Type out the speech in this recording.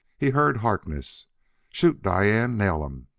he heard harkness shoot, diane! nail em,